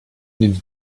nic